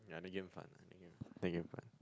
yeah that game fun ah that game that game fun